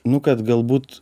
nu kad galbūt